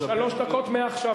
שלוש דקות מעכשיו,